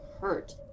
hurt